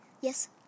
Yes